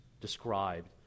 described